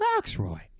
Roxroy